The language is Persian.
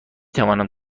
توانم